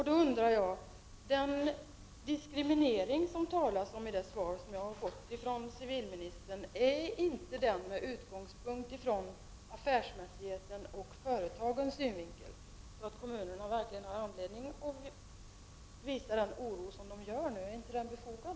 Då undrar jag: Är inte den diskriminering som civilministern talar om i sitt frågesvar någonting som sker utifrån affärsmässigheten och utifrån företagens intressen? Och är inte den oro som kommunerna nu visar med tanke på detta befogad?